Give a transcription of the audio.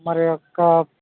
మరి ఒక్క